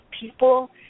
people